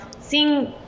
seeing